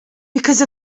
because